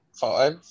Five